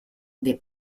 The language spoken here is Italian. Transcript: dei